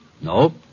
Nope